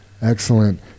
Excellent